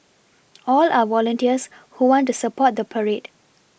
all are volunteers who want to support the parade